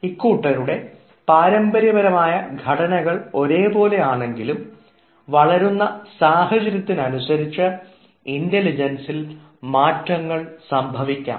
ഇക്കൂട്ടരുടെ പാരമ്പര്യപരമായ ഘടനകൾ ഒരുപോലെ ആണെങ്കിലും വളരുന്ന സാഹചര്യത്തിനനുസരിച്ച് ഇൻറലിജൻസിൽ മാറ്റങ്ങൾ സംഭവിക്കാം